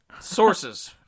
Sources